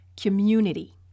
community